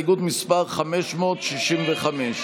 חבר הכנסת שטרן, אתה רואה, לא מצליחים לייצר.